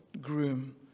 groom